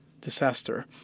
disaster